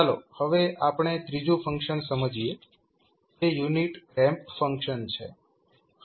ચાલો હવે આપણે ત્રીજુ ફંકશન સમજીએ જે યુનિટ રેમ્પ ફંક્શન છે